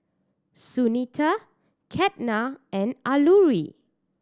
Sunita Ketna and Alluri